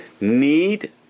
Need